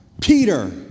Peter